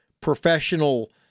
professional